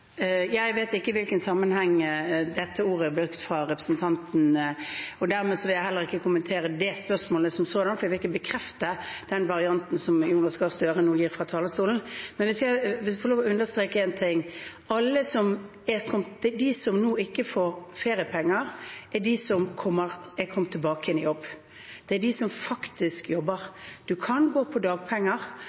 Jeg vet ikke i hvilken sammenheng dette ordet er brukt av representanten Nordby Lunde, derfor vil jeg heller ikke kommentere det spørsmålet som sådan, for jeg vil ikke bekrefte den varianten som Jonas Gahr Støre nå gir fra talerstolen. Men hvis jeg får lov å understreke en ting: De som nå ikke får feriepenger, er de som er kommet tilbake igjen i jobb. Det er de som faktisk jobber. Du kan gå på dagpenger,